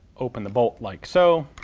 open the bolt like so